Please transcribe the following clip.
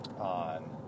on